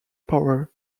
power